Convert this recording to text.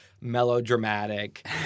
melodramatic